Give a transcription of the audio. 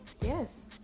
Yes